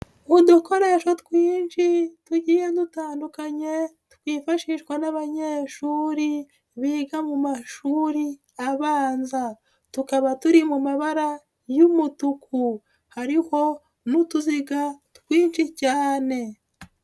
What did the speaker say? Udukoresho twinshi tugiye dutandukanye, twifashishwa n'abanyeshuri biga mu mashuri abanza. Tukaba turi mu mabara y'umutuku. Hariho n'utuziga twinshi cyane.